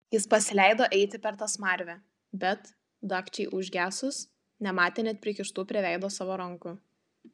jis pasileido eiti per tą smarvę bet dagčiai užgesus nematė net prikištų prie veido savo rankų